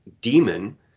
demon